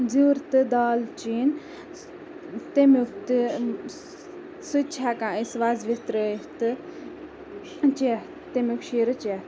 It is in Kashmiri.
زِیُر تہٕ دالچیٖن تمییُک تہِ سُہ تہِ چھِ ہٮ۪کان أسۍ وَزوِتھ ترٲیِتھ تہٕ چیٚتھ تَمیُک شیٖرٕ چیٚتھ